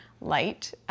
light